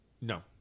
no